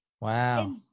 Wow